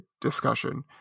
discussion